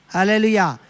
Hallelujah